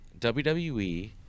WWE